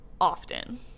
often